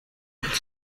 ati